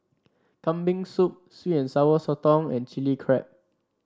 Kambing Soup sweet and Sour Sotong and Chili Crab